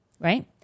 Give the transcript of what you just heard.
Right